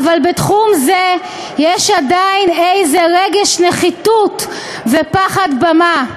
"אבל בתחום זה יש עדיין איזה רגש נחיתות ופחד במה.